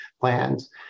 plans